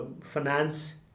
finance